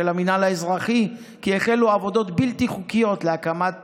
המינהל האזרחי כי החלו עבודות בלתי חוקיות להקמת